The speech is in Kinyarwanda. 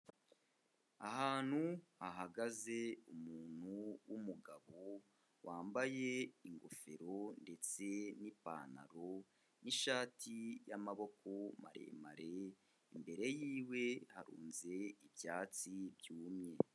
Ahantu hahagaze umuntu w'umugabo, wambaye ingofero ndetse n'ipantaro n'ishati y'amaboko maremare, imbere y'iwe harunze ibyatsi byumye.